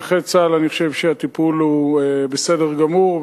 כנכה צה"ל אני חושב שהטיפול הוא בסדר גמור,